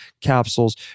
capsules